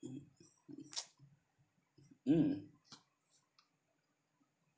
mm mm